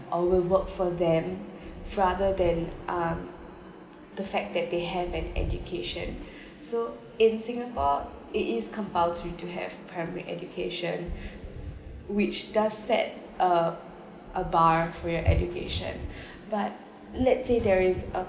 or will work for them rather than ah the fact that they have an education so in singapore it is compulsory to have primary education which does set a a bar for your education but let's say there is a